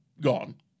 gone